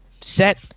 set